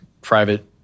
private